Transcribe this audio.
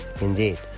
indeed